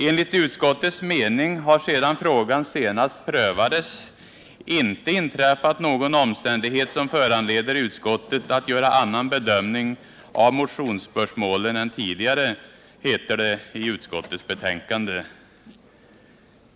”Enligt utskottets mening har sedan frågan senast prövades inte inträffat någon omständighet som föranleder utskottet att göra annan bedömning av motionsspörsmålen än tidigare”, heter det i utskottets betänkande.